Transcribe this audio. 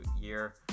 year